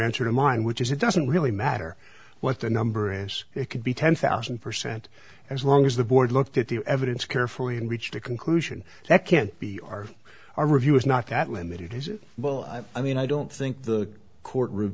answer to mine which is it doesn't really matter what the number is it could be ten thousand percent as long as the board looked at the evidence carefully and reached a conclusion that can't be our our review is not that limited is it well i mean i don't think the court room